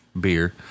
beer